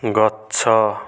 ଗଛ